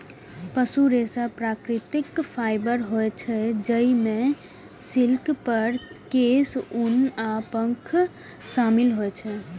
पशु रेशा प्राकृतिक फाइबर होइ छै, जइमे सिल्क, फर, केश, ऊन आ पंख शामिल होइ छै